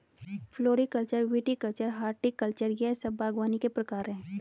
floriculture, viticulture, horticulture यह सब बागवानी के प्रकार है